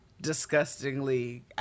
disgustingly